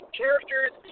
characters